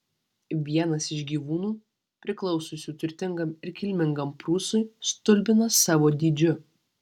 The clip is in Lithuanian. vienas iš gyvūnų priklausiusių turtingam ir kilmingam prūsui stulbina savo dydžiu